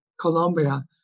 Colombia